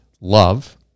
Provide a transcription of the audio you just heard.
Love